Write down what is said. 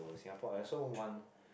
Singapore and also one